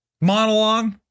monologue